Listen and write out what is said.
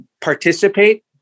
participate